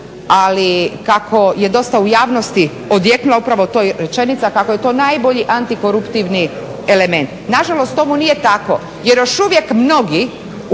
ali kako je dosta u javnosti odjeknula upravo to i rečenica kako je to najbolji antikoruptivni element. Nažalost tomu nije tako jer još uvijek mnogi upisuju